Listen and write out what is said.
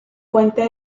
puente